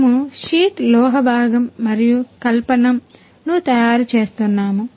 మేము షీట్ లోహ భాగంను తయారు చేస్తున్నాము